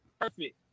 perfect